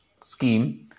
scheme